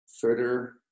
further